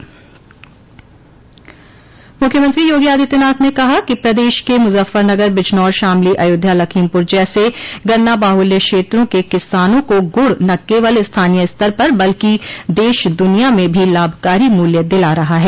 मुख्यमंत्री योगी आदित्यनाथ ने कहा कि प्रदेश के मुजफ्फरनगर बिजनौर शामली अयोध्या लखीमपुर जैसे गन्ना बाहुल्य क्षेत्रों के किसानों को गुड़ न केवल स्थानीय स्तर पर बल्कि देश दुनिया में भी लाभकारी मूल्य दिला रहा है